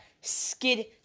skid